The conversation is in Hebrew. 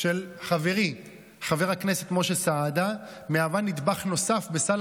של חברי חבר הכנסת משה סעדה מהווה נדבך נוסף בסל